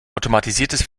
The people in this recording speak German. automatisiertes